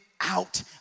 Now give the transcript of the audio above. out